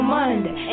Monday